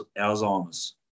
Alzheimer's